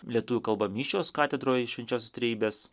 lietuvių kalba mišios katedroj švenčiausios trejybės